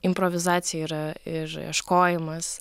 improvizacija yra ir ieškojimas